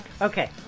Okay